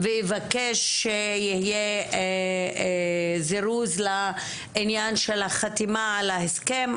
ואבקש שיהיה זירוז לעניין של החתימה על ההסכם,